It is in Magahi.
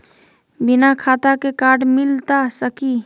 बिना खाता के कार्ड मिलता सकी?